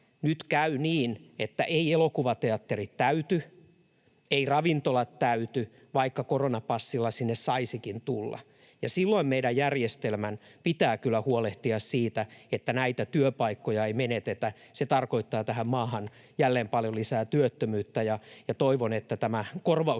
nyt käy niin, että eivät elokuvateatterit täyty, eivät ravintolat täyty, vaikka koronapassilla sinne saisikin tulla. Silloin meidän järjestelmän pitää kyllä huolehtia siitä, että näitä työpaikkoja ei menetetä. Se tarkoittaa tähän maahan jälleen paljon lisää työttömyyttä, ja toivon, että tämä korvauskysymys